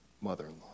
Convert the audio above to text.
mother-in-law